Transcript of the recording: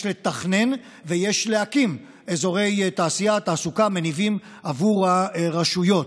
יש לתכנן ויש להקים אזורי תעשייה ותעסוקה מניבים עבור הרשויות.